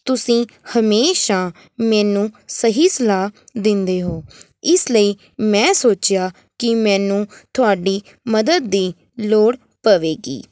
ਤੁਸੀਂ ਹਮੇਸ਼ਾ ਮੈਨੂੰ ਸਹੀ ਸਲਾਹ ਦਿੰਦੇ ਹੋ ਇਸ ਲਈ ਮੈਂ ਸੋਚਿਆ ਕਿ ਮੈਨੂੰ ਤੁਹਾਡੀ ਮਦਦ ਦੀ ਲੋੜ ਪਵੇਗੀ